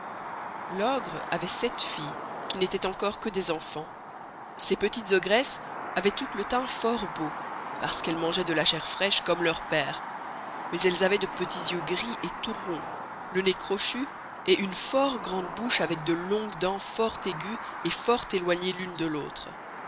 l'ogre avoit sept filles qui n'étoient encore que des enfans ces petites ogresses avoient toutes le tein fort beau parce qu'elles mangeoient de la chair fraîche comme leur pere mais elles avoient de petits yeux gris et tout ronds le nez crochu et une fort grande bouche avec de longues dents fort aiguës et fort éloignées l'une de l'autre